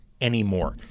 Anymore